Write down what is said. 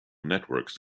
networks